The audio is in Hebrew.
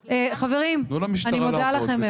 חברים, אני מודה לכם מאוד.